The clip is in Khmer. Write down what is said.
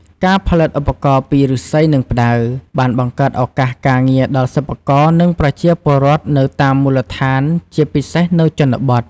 ការផលិតឧបករណ៍ពីឫស្សី និងផ្តៅបាន បង្កើតឱកាសការងារ ដល់សិប្បករ និងប្រជាពលរដ្ឋនៅតាមមូលដ្ឋាន ជាពិសេសនៅជនបទ។